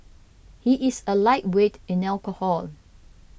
he is a lightweight in alcohol